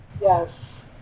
Yes